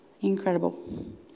incredible